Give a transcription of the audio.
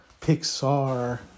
Pixar